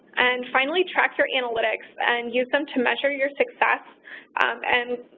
and, finally, track your analytics and use them to measure your success and,